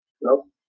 Nope